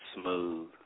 smooth